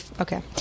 okay